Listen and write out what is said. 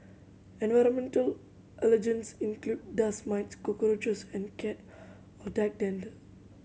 environmental allergens include dust mites cockroaches and cat or dander